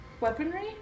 weaponry